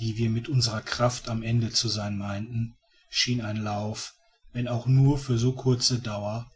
die wir mit unserer kraft am ende zu sein meinten schien ein lauf wenn auch nur für so kurze dauer